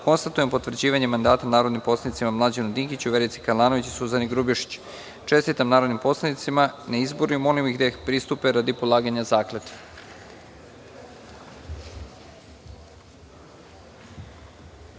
konstatujem potvrđivanje mandata narodnim poslanicima Mlađanu Dinkiću, Verici Kalanović i Suzani Grubješić. Čestitam narodnim poslanicima na izboru i molim da pristupe radi polaganja